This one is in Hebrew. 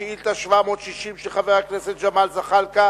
חבר הכנסת דוד אזולאי